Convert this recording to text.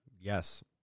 Yes